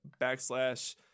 backslash